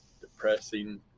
depressing